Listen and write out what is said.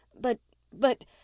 But—but—